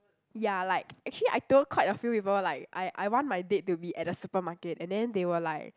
ya like actually I told quite a few people like I I want my date to be at a supermarket and then they were like